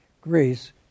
Greece